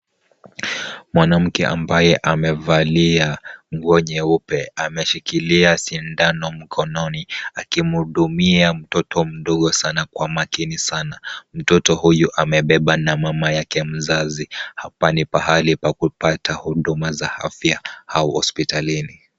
Mwanamke ambaye amevalia nguo jeupe ameshikilia sindano mkononi akimhudumia mtoto mdogo sana kwa makini sana. Mtoto huyu amebebwa na mama yake mzazi. Hapa ni pahali pa kupata huduma za afya au hospitalini.